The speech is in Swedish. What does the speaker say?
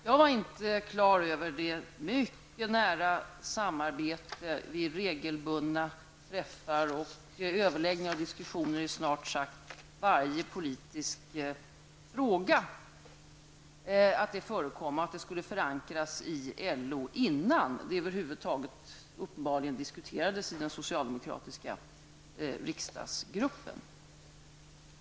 Jag var inte klar över att ett mycket nära samarbete vid regelbundna träffar, överläggningar och diskussioner i snart sagt varje politisk fråga förekom och att frågorna skulle förankras i LO innan den uppenbarligen över huvud taget diskuterades i den socialdemokratiska riksdagsgruppen.